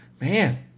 man